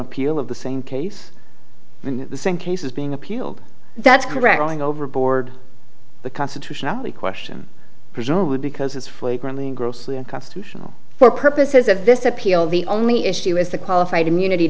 appeal of the same case and the same case is being appealed that's correct going overboard the constitutionality question presumably because it's flagrantly and grossly unconstitutional for purposes of this appeal the only issue is the qualified immunity